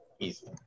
easy